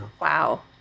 Wow